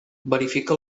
verifica